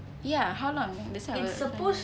ya how long that's why I was